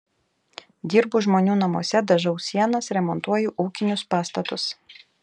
dirbu žmonių namuose dažau sienas remontuoju ūkinius pastatus